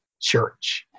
church